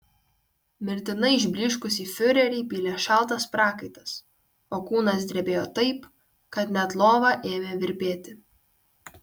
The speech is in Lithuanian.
mirtinai išblyškusį fiurerį pylė šaltas prakaitas o kūnas drebėjo taip kad net lova ėmė virpėti